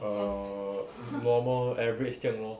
err normal average 这样 lor